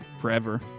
forever